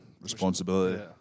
responsibility